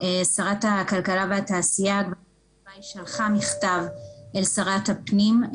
שרת הכלכלה והתעשייה שלחה מכתב אל שרת הפנים,